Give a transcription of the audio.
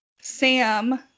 Sam